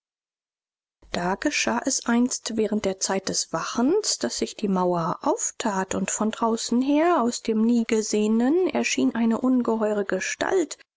da geschah es einst während der zeit des wachens daß sich die mauer auftat und von draußen her aus dem niegesehenen erschien eine ungeheure gestalt